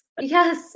Yes